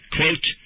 Quote